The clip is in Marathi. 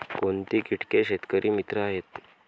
कोणती किटके शेतकरी मित्र आहेत?